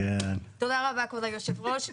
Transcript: תודה רבה כבוד יושב הראש.